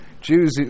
Jews